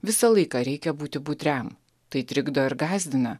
visą laiką reikia būti budriam tai trikdo ir gąsdina